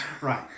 Right